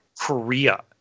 Korea